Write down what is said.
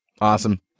Awesome